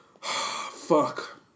fuck